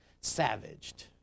savaged